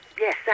Yes